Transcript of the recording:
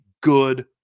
good